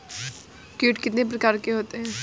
कीट कितने प्रकार के होते हैं?